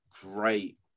great